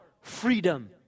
freedom